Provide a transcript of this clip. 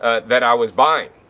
that i was buying.